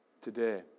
today